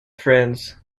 friends